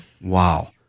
Wow